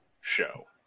show